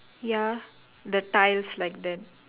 ya the tiles like that